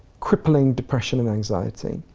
crippling depression and anxiety.